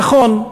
נכון,